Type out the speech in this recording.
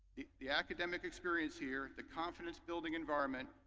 the academic experience here, the confidence building environment,